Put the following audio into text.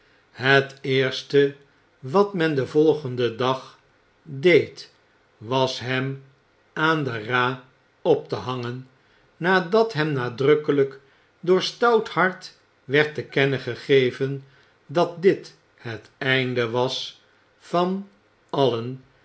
het eerste wat men den volgenden dag deed was hem aan de ra op te hangen nadat hem nadrukkeljjk door stouthart werd te kennen gegeven dat dit het einde was van alien